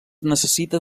necessita